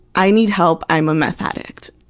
i need help, i'm a meth addict.